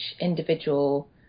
individual